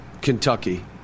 Kentucky